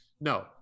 No